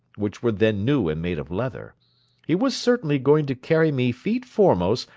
which were then new and made of leather he was certainly going to carry me feet foremost,